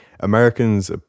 Americans